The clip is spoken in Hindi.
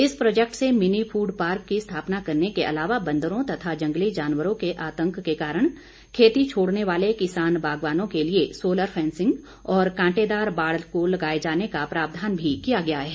इस प्रोजैक्ट से मिनी फूड पार्क की स्थापना करने के अलावा बंदरों तथा जंगली जानवरों के आतंक के कारण खेती छोडने वाले किसानबागवानों के लिए सोलर फैंसिंग और कांटेदार बाढ़ को लगाए जाने का प्रावधान भी किया गया है